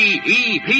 P-E-P